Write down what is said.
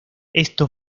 esto